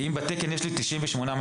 כי אם בתקן יש לי 98 מפקחים,